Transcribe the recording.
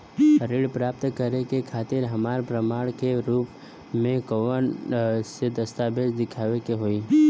ऋण प्राप्त करे के खातिर हमरा प्रमाण के रूप में कउन से दस्तावेज़ दिखावे के होइ?